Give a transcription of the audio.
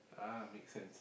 ah makes sense